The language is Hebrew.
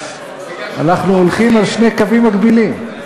אנחנו הולכים על שני קווים מקבילים.